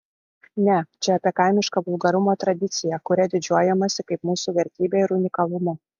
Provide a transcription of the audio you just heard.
ne čia apie kaimišką vulgarumo tradiciją kuria didžiuojamasi kaip mūsų vertybe ir unikalumu